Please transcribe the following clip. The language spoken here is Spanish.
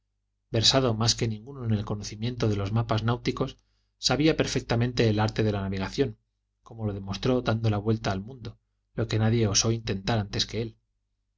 versado más que ninguno en el conocimiento de los mapas náuticos sabía perfectamente el arte de la navegación como lo demostró dando la vuelta al mundo lo que nadie osó intentar antes que él